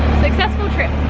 successful trip.